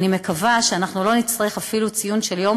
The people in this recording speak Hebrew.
אני מקווה שלא נצטרך אפילו ציון של יום